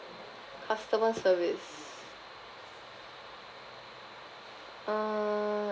customer service uh